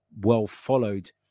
well-followed